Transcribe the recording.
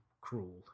cruel